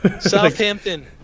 Southampton